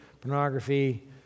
pornography